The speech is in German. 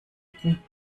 ecken